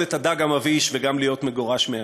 את הדג המבאיש וגם להיות מגורש מהעיר.